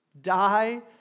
die